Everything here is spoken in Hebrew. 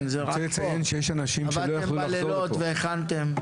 עבדתם בלילות והכנתם.